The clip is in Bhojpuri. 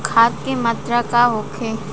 खाध के मात्रा का होखे?